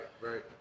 right